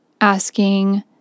asking